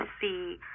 see